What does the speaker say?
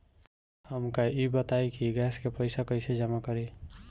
हमका ई बताई कि गैस के पइसा कईसे जमा करी?